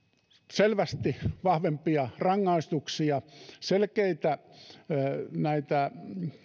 selvästi vahvempia rangaistuksia selkeätä